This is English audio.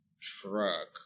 truck